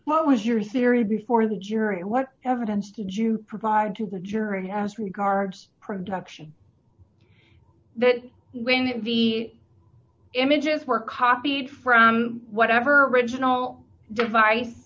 what was your theory before the jury what evidence did you provide to the jury has regards production that when the images were copied from whatever original device